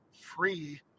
free